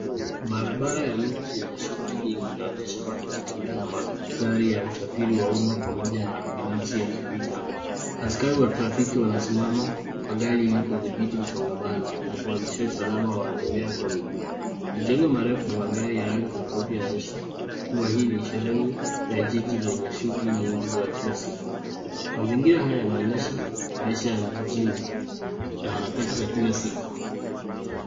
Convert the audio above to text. Barabara ya mji yenye shughuli nyingi inaonyesha watu wakitembea na magari ya usafiri wa umma pamoja na kibinafsi yakipita. Askari wa trafiki wanasimama kwa gari ili kudhibiti msongamano na kuhakikisha usalama wa watembea kwa miguu. Majengo marefu na magari ya aina tofauti yanaonyesha kuwa hii ni sehemu ya jiji lenye shughuli nyingi za kila siku. Mazingira haya yanaonyesha maisha ya jijini na harakati za kila siku.